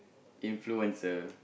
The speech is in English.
influencer